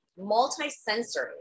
multi-sensory